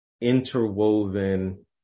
interwoven